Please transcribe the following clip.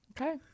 Okay